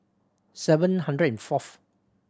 seven hundred and fourth